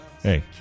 hey